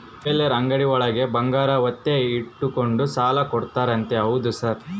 Jewellery ಅಂಗಡಿಯೊಳಗ ಬಂಗಾರ ಒತ್ತೆ ಇಟ್ಕೊಂಡು ಸಾಲ ಕೊಡ್ತಾರಂತೆ ಹೌದಾ ಸರ್?